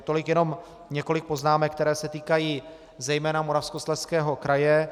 Tolik jenom několik poznámek, které se týkají zejména Moravskoslezského kraje.